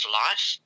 life